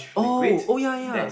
oh oh yeah yeah